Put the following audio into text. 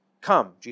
Come